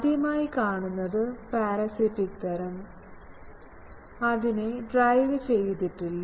ആദ്യമായി കാണുന്നത് പരാസിറ്റിക് തരം അതിന് ഡ്രൈവ്ചെയ്തിട്ടില്ല